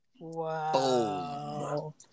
Wow